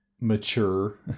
mature